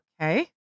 Okay